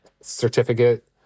certificate